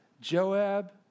Joab